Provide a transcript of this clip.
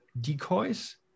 decoys